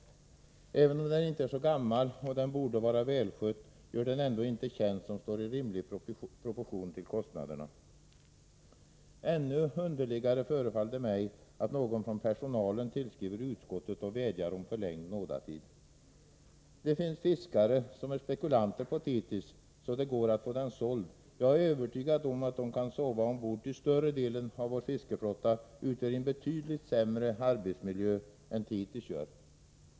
Även om fartyget inte är så gammalt och borde vara välskött gör det ändå inte tjänst som står i rimlig proportion till kostnaderna. Ännu underligare förefaller det att någon från personalen tillskriver utskottet och vädjar om förlängd nådatid. Det finns fiskare som är spekulanter på Thetis, så det går att få den såld. Jag är övertygad om att de kan sova ombord ty större delen av fiskeflottan utgör en betydligt sämre arbetsmiljö än Thetis.